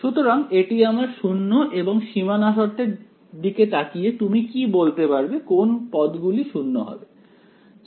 সুতরাং এটি আমার 0 এবং সীমানা শর্তের দিকে তাকিয়ে তুমি কি বলতে পারবে কোন পদ গুলি শূন্য হবে